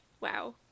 wow